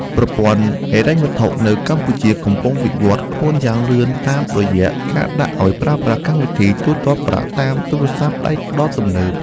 ប្រព័ន្ធហិរញ្ញវត្ថុនៅកម្ពុជាកំពុងវិវត្តខ្លួនយ៉ាងលឿនតាមរយៈការដាក់ឱ្យប្រើប្រាស់កម្មវិធីទូទាត់ប្រាក់តាមទូរស័ព្ទដៃដ៏ទំនើប។